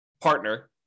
partner